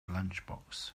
lunchbox